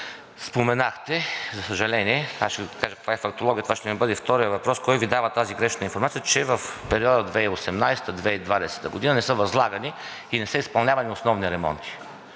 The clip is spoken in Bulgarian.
споменахте, за съжаление, аз ще Ви покажа каква е фактологията – това ще ми бъде и вторият въпрос: кой Ви дава тази грешна информация, че в периода 2018 – 2020 г. не са възлагани и не са изпълнявани основни ремонти,